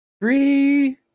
three